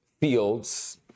fields